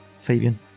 Fabian